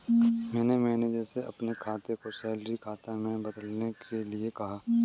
मैंने मैनेजर से अपने खाता को सैलरी खाता में बदलने के लिए कहा